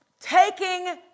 taking